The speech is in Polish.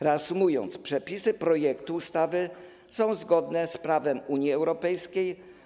Reasumując, przepisy projektu ustawy są zgodne z prawem Unii Europejskiej.